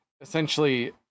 essentially